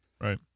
Right